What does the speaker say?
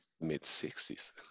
mid-60s